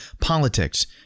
politics